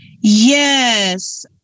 Yes